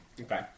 Okay